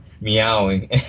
meowing